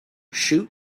shoot